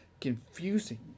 confusing